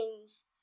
games